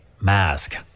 mask